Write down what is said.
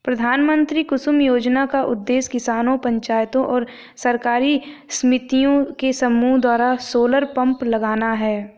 प्रधानमंत्री कुसुम योजना का उद्देश्य किसानों पंचायतों और सरकारी समितियों के समूह द्वारा सोलर पंप लगाना है